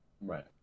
Right